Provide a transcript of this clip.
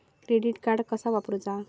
Credit card कसा वापरूचा?